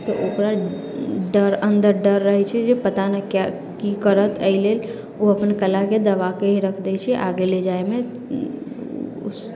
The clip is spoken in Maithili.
तऽ ओकरा डर अन्दर डर रहै छै जे पता नहि कि करत एहि लेल ओ अपन कलाके दबाके ही रख दै छै आगे ले जाइमे उस